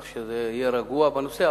כך שתהיה רגוע בנושא,